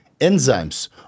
enzymes